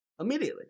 immediately